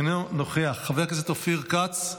אינו נוכח, חבר הכנסת אופיר כץ,